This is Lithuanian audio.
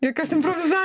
jokios improviza